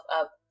up